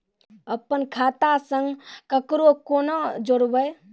अपन खाता संग ककरो कूना जोडवै?